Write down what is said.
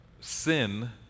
sin